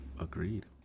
agreed